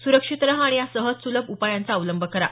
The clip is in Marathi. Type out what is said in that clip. सुरक्षित रहा आणि या सहज सुलभ उपायांचा अवलंब करा